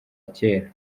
kera